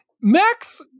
Max